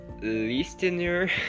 listener